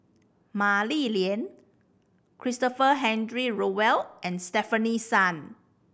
Mah Li Lian Christopher Henry Rothwell and Stefanie Sun